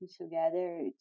together